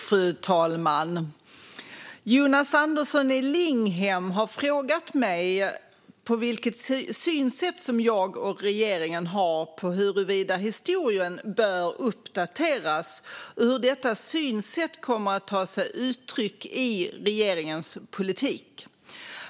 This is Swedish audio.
Fru talman! Jonas Andersson i Linghem har frågat mig vilket synsätt som jag och regeringen har på huruvida historien bör "uppdateras" och hur detta synsätt kommer att ta sig uttryck i regeringens politik.